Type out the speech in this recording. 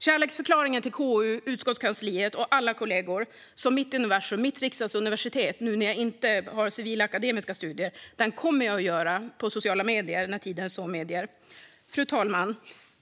Kärleksförklaringen till KU, utskottskansliet och alla kollegor, som är mitt universum och mitt riksdagsuniversitet när jag nu inte har civila akademiska studier, kommer jag att göra på sociala medier när tiden så medger. Fru talman!